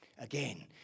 again